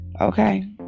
Okay